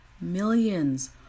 millions